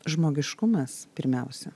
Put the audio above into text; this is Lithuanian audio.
žmogiškumas pirmiausia